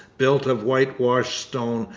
built of whitewashed stone,